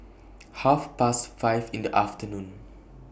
Half Past five in The afternoon